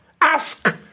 Ask